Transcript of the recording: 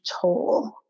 toll